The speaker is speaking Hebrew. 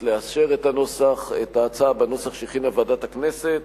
לאשר את ההצעה בנוסח שהכינה ועדת הכנסת.